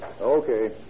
Okay